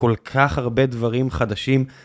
כל כך הרבה דברים חדשים.